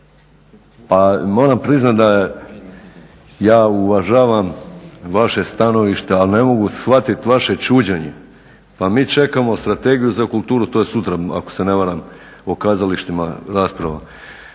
Pa moram priznat da ja uvažavam vaše stanovište, ali ne mogu shvatit vaše čuđenje. Pa mi čekamo strategiju za kulturu, to je sutra ako se ne varam o kazalištima rasprava,